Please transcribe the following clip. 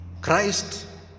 christ